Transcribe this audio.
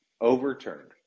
overturned